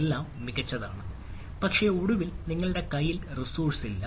എല്ലാം മികച്ചതാണ് പക്ഷേ ഒടുവിൽ നിങ്ങളുടെ കയ്യിൽ റിസോഴ്സ് ഇല്ല